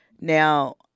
Now